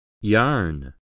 Yarn